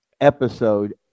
episode